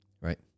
Right